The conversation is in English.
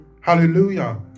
hallelujah